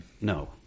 No